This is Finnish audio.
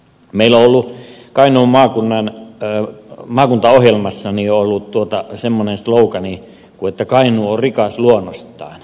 meillä on ollut kainuun maakunnan en mä mitään elämässäni ollut tuota semmonen maakuntaohjelmassa semmoinen slogaani kuin kainuu on rikas luonnostaan